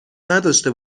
نداشته